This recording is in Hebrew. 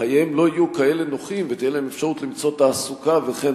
חייהם לא יהיו כאלה נוחים ותהיה להם אפשרות למצוא תעסוקה וכן